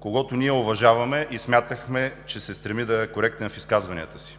когото ние уважаваме и смятахме, че се стреми да е коректен в изказванията си.